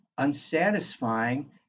unsatisfying